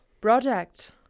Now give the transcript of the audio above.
Project